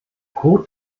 kot